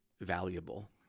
valuable